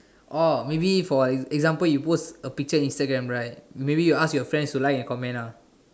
oh maybe for like example you post a picture on Instagram right maybe you ask your friends to like and comment ah